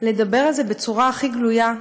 לדבר על זה בצורה הכי גלויה,